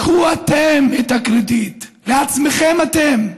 קחו אתם את הקרדיט לעצמכם, אתם.